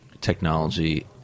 technology